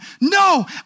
No